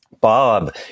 Bob